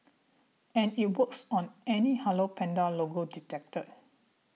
and it works on any Hello Panda logo detected